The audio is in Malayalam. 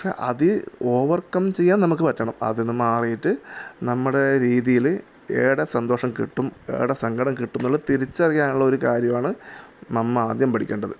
പക്ഷേ അത് ഓവർ കം ചെയ്യാൻ നമുക്ക് പറ്റണം അതീന്ന് മാറീട്ട് നമ്മുടെ രീതിയിൽ ഏടെ സന്തോഷം കിട്ടും ഏടെ സങ്കടം കിട്ടുംന്നുള്ള തിരിച്ചറിയാനുള്ള ഒരു കാര്യമാണ് നമ്മൾ ആദ്യം പഠിക്കേണ്ടത്